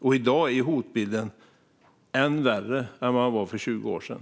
Och i dag är hotbilden än värre än för 20 år sedan.